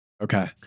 Okay